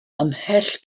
ymhell